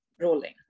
rolling